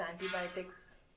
antibiotics